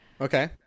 Okay